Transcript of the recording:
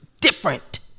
different